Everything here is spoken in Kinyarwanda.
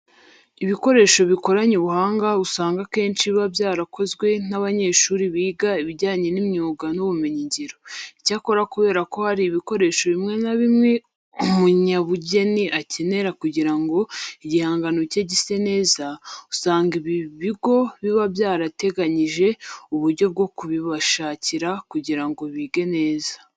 Ibikoresho bikoranye ubuhanga usanga akenshi biba byarakozwe n'abanyeshuri biga ibijyanye n'imyuga n'ubumenyingiro. Icyakora kubera ko hari ibikoresho bimwe na bimwe umunyabugeni akenera kugira ngo igihangano cye gise neza, usanga ibi bigo biba byarateganyije uburyo bwo kubibashakira kugira ngo bige neza.